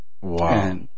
Wow